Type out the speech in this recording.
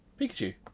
Pikachu